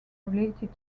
related